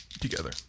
together